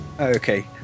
Okay